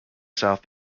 south